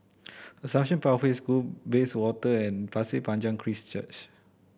Assumption Pathway School Bayswater and Pasir Panjang Christ Church